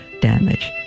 damage